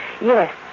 Yes